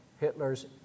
Hitler's